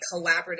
collaborative